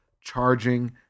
charging